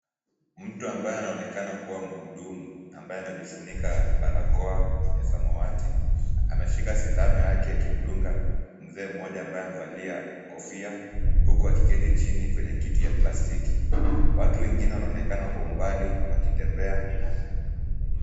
Mtu ambaye anaonekana kuwa mhudumu ambaye amejifunika barakoa ya samawati, ameshika sindano yake ya kimdunga mzee mmoja ambaye amvalia kofia huku akiketi chini kwenye kiti ya plastiki. Watu wengine wanaonekana wako umbali wakitembea